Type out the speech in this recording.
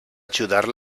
ajudar